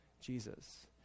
jesus